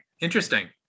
interesting